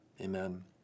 Amen